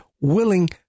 willing